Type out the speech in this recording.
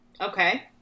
Okay